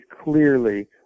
clearly